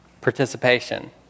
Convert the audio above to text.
participation